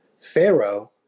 Pharaoh